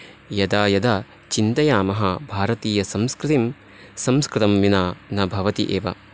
यदा यदा चिन्तयामः भारतियसंस्कृतिं संस्कृतं विना न भवति एव